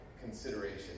consideration